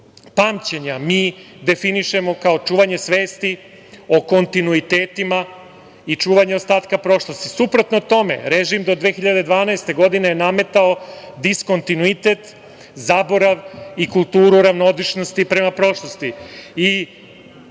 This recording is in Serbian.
pamćenja mi definišemo kao čuvanje svesti o kontinuitetima i čuvanje ostatka prošlosti. Suprotno tome, režim do 2012. godine je nametao diskontinuitet, zaborav i kulturu ravnodušnosti prema prošlosti.